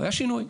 היה שינוי.